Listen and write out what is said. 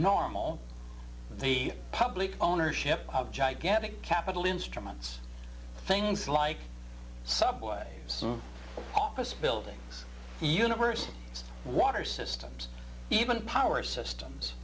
normal the public ownership of gigantic capital instruments things like subway some office buildings universe water systems even power